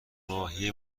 ماهی